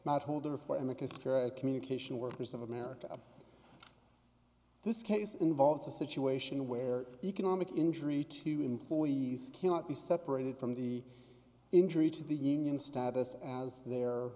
spirit communication workers of america this case involves a situation where economic injury to employees cannot be separated from the injury to the union status as their